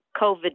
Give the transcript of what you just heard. COVID